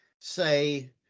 say